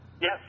Yes